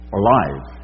alive